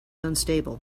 unstable